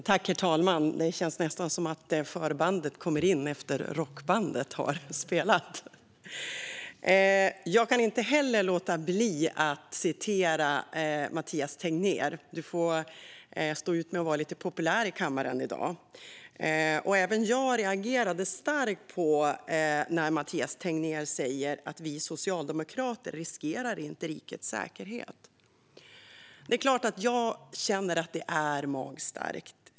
Herr talman! Nu känns det nästan som att förbandet kommer in efter att rockbandet har spelat. Jag kan inte heller låta bli att citera Mathias Tegnér. Han får stå ut med att vara lite populär i kammaren i dag. Även jag reagerade starkt när Mathias Tegnér sa att Socialdemokraterna inte riskerar rikets säkerhet. Det är klart att jag känner att det är magstarkt.